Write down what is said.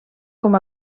com